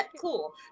Cool